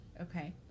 Okay